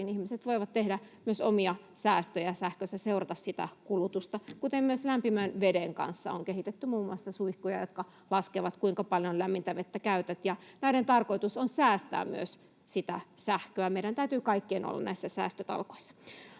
Ihmiset voivat tehdä myös omia säästöjä sähkössä, seurata sitä kulutusta, kuten myös lämpimän veden kanssa. On kehitetty muun muassa suihkuja, jotka laskevat, kuinka paljon lämmintä vettä käytät. Näiden tarkoitus on säästää myös sitä sähköä. Meidän täytyy kaikkien olla näissä säästötalkoissa.